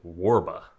Warba